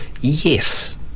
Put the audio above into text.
yes